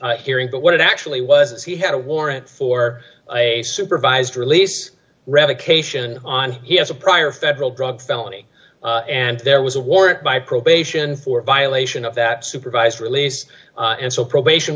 hearing but what it actually was it's he had a warrant for a supervised release revocation on he has a prior federal drug felony and there was a warrant by probation for violation of that supervised release and so probation